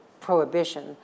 prohibition